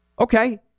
Okay